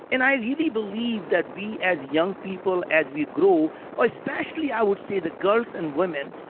and i really believe that we as young people as we grow or especially i would say the girls and women,